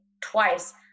twice